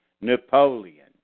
Napoleon